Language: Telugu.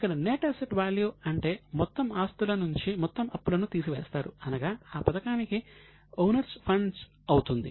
ఇక్కడ నెట్ అసెట్ వాల్యు అంటే మొత్తం ఆస్తులను నుంచి మొత్తం అప్పులను తీసివేస్తారు అనగా ఆ పథకానికి ఓనర్స్ ఫండ్స్ అవుతుంది